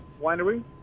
Winery